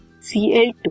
Cl2